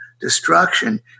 destruction